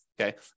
okay